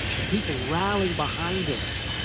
and people rallying behind us.